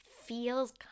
feels